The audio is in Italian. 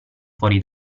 fuori